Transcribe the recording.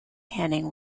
henning